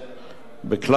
בכלל המגזרים.